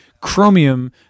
chromium